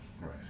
Right